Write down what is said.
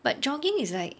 but jogging is like